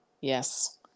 Yes